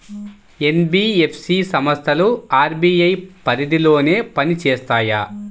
NBFC సంస్థలు RBI పరిధిలోనే పని చేస్తాయా?